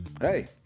hey